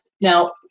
Now